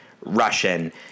Russian